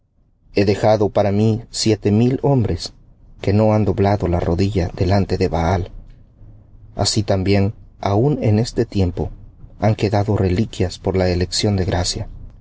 he dejado para mí siete mil hombres que no han doblado la rodilla delante de baal así también aun en este tiempo han quedado reliquias por la elección de gracia